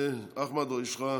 אחמד, יש לך